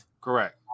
correct